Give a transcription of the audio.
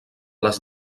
les